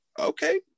okay